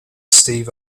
steve